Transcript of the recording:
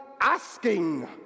asking